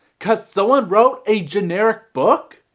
cause someone wrote a generic book?